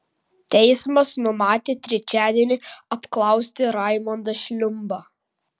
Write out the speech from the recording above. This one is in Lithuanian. teismas numatė trečiadienį apklausti raimondą šliumbą